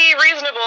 reasonable